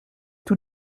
tout